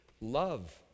love